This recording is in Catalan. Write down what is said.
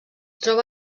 troba